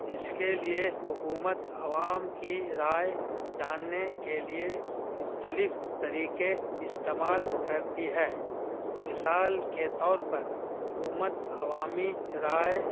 اس کے لیے حکومت عوام کی رائے جاننے کے لیے مختلف طریقے استعمال کرتی ہے مثال کے طور پر حکومت عوامی رائے